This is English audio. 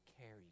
carry